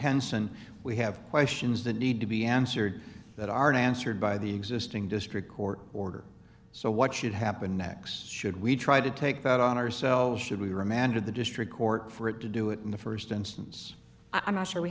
hansen we have questions that need to be answered that aren't answered by the existing district court order so what should happen next should we try to take that on ourselves should be remanded the district court for it to do it in the st instance i'm not sure we